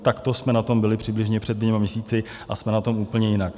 Takto jsme na tom byli přibližně před dvěma měsíci, a jsme na tom úplně jinak.